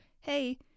hey